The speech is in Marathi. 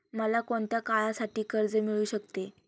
मला कोणत्या काळासाठी कर्ज मिळू शकते?